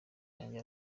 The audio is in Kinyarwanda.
yanjye